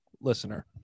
listener